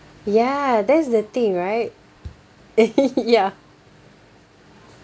ya that's the thing right ya